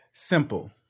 Simple